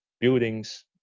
buildings